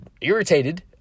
irritated